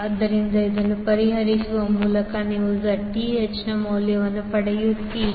ಆದ್ದರಿಂದ ಇದನ್ನು ಪರಿಹರಿಸುವ ಮೂಲಕ ನೀವು Zth ನ ಮೌಲ್ಯವನ್ನು ಪಡೆಯುತ್ತೀರಿ